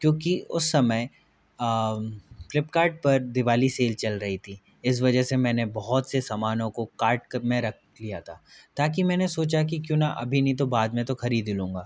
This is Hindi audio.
क्योंकि उस समय फ्लिपकार्ट पर दिवाली सेल चल रही थी इस वजह से मैंने बहुत से समानों को कार्टक में रख लिया था ताकि मैंने सोचा कि क्यों ना अभी नहीं तो बाद में तो ख़रीद ही लूँगा